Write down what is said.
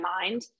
mind